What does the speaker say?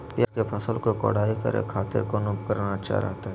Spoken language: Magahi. प्याज के फसल के कोढ़ाई करे खातिर कौन उपकरण अच्छा रहतय?